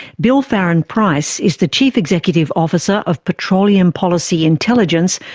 bill farren-price is the chief executive officer of petroleum policy intelligence,